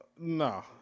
No